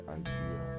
idea